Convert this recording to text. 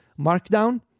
Markdown